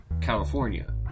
California